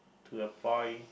to employ